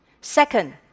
Second